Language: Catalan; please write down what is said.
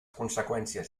conseqüències